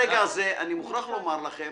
מוכרח לומר לכם